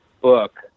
book